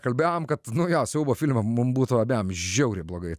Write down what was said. kalbėjom kad nu jo siaubo filme mum būtų abiem žiauriai blogai